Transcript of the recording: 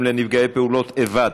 המשפטי עברה בקריאה ראשונה,